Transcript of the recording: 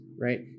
right